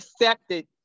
accepted